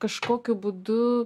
kažkokiu būdu